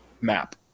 map